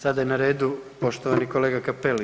Sada je na redu poštovani kolega Cappelli.